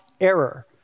error